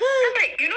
!huh!